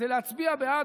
"זה להצביע בעד,